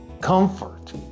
comfort